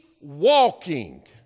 walking